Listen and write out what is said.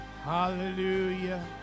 hallelujah